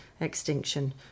extinction